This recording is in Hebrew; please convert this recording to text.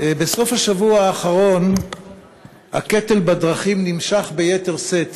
בסוף השבוע האחרון הקטל בדרכים נמשך ביתר שאת.